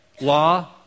law